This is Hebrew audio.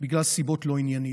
מסיבות לא ענייניות: